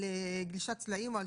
גלישת סלעים או שיטפון?